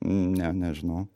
ne nežinau